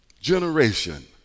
generation